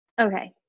Okay